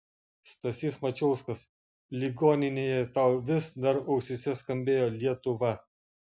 stasys mačiulskas ligoninėje tau vis dar ausyse skambėjo lietuva